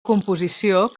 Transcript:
composició